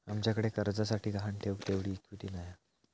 आमच्याकडे कर्जासाठी गहाण ठेऊक तेवढी इक्विटी नाय हा